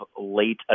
late